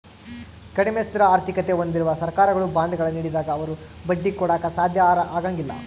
ಕಡಿಮೆ ಸ್ಥಿರ ಆರ್ಥಿಕತೆ ಹೊಂದಿರುವ ಸರ್ಕಾರಗಳು ಬಾಂಡ್ಗಳ ನೀಡಿದಾಗ ಅವರು ಬಡ್ಡಿ ಕೊಡಾಕ ಸಾಧ್ಯ ಆಗಂಗಿಲ್ಲ